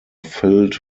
filled